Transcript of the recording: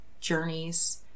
journeys